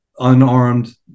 unarmed